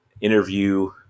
interview